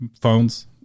phones